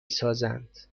سازند